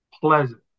pleasant